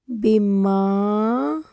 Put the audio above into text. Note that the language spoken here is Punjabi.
ਬੀਮਾ